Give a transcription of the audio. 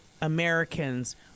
Americans